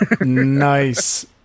Nice